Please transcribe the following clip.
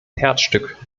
herzstück